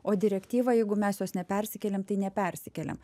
o direktyva jeigu mes jos ne persikėlėm tai ne persikėlėm